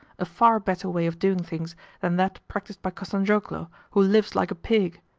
a far better way of doing things than that practised by kostanzhoglo, who lives like a pig